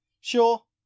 Sure